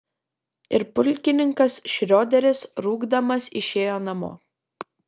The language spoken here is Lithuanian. ir pulkininkas šrioderis rūgdamas išėjo namo